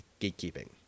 gatekeeping